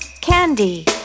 Candy